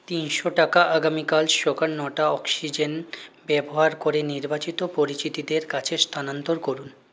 তিনশো টাকা আগামীকাল সকাল নটা অক্সিজেন ব্যবহার করে নির্বাচিত পরিচিতদের কাছে স্থানান্তর করুন